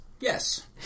Yes